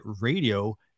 radio